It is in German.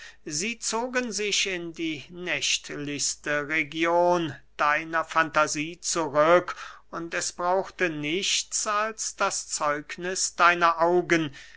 sie zogen sich in die nächtlichste region deiner fantasie zurück und es brauchte nichts als das zeugniß deiner augen